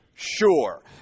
Sure